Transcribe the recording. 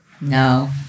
No